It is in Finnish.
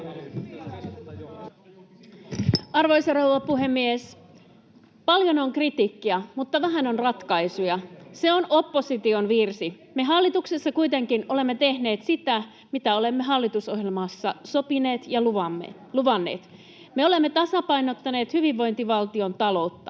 Arvoisa rouva puhemies! Paljon on kritiikkiä, mutta vähän on ratkaisuja. Se on opposition virsi. Me hallituksessa kuitenkin olemme tehneet sitä, mitä olemme hallitusohjelmassa sopineet ja luvanneet. Me olemme tasapainottaneet hyvinvointivaltion taloutta.